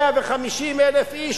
שהיום 150,000 איש,